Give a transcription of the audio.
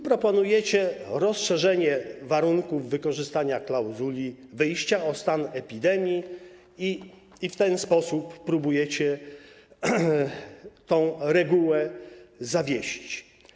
Proponujecie rozszerzenie warunków wykorzystania klauzuli wyjścia o stan epidemii i w ten sposób próbujecie tę regułę zawiesić.